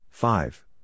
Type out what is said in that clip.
Five